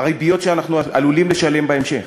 הריביות שאנחנו עלולים לשלם בהמשך.